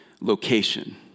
location